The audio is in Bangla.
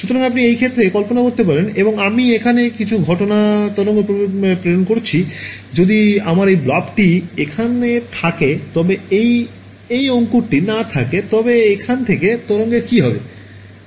সুতরাং আপনি এই ক্ষেত্রে কল্পনা করতে পারেন এবং আমি এখানে কিছু ঘটনা তরঙ্গ প্রেরণ করছি যদি আমার এই ব্লবটি এখানে থাকে তবে যদি এই অঙ্কুরটি না থাকে তবে এখান থেকে তরঙ্গের কী হবে